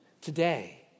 Today